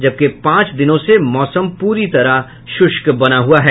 जबकि पांच दिनों से मौसम पूरी तरह श्रष्क बना हुआ है